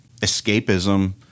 escapism